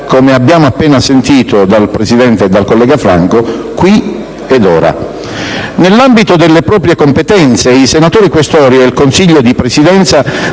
come abbiamo appena sentito dal Presidente e dal collega Franco. Nell'ambito delle proprie competenze, i senatori Questori e il Consiglio di Presidenza